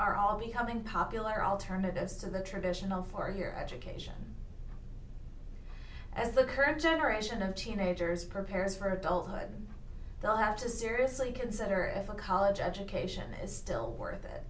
are all becoming popular alternatives to the traditional far here education as the current generation of teenagers prepares for adulthood they'll have to seriously consider if a college education is still worth